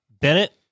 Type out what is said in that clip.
Bennett